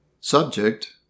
Subject